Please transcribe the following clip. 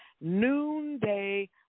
Noonday